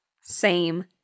same-